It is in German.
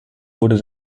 wurde